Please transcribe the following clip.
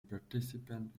participant